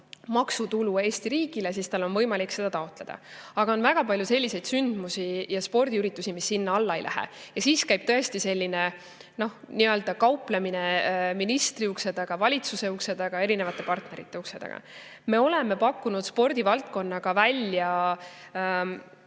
maksutulu Eesti riigile, siis tal on võimalik seda taotleda. Aga on väga palju selliseid sündmusi ja spordiüritusi, mis sinna alla ei lähe. Siis käib tõesti selline nii-öelda kauplemine ministri ukse taga, valitsuse ukse taga, erinevate partnerite ukse taga. Me oleme pakkunud spordivaldkonnaga välja